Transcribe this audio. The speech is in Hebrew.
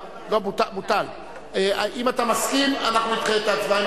אם אתה מסכים, אנחנו נדחה את ההצבעה.